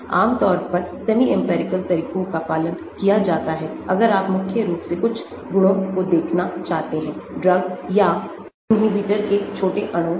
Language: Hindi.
आम तौर पर सेमी इंपिरिकल तरीकों का पालन किया जाता हैअगर आप मुख्य रूप से कुछ गुणों को देखना चाहते हैं ड्रग्स या इनहिबिटर के छोटे अणुओं को